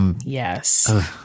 yes